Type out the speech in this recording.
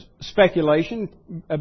speculation